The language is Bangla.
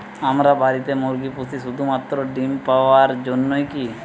আমরা বাড়িতে মুরগি পুষি শুধু মাত্র ডিম পাওয়ার জন্যই কী?